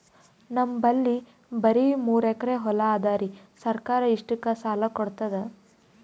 ನಮ್ ಬಲ್ಲಿ ಬರಿ ಮೂರೆಕರಿ ಹೊಲಾ ಅದರಿ, ಸರ್ಕಾರ ಇಷ್ಟಕ್ಕ ಸಾಲಾ ಕೊಡತದಾ?